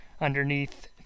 underneath